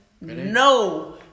no